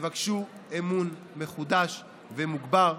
תבקשו אמון מחודש ומוגבר.